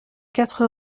quatre